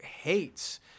hates